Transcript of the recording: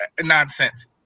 nonsense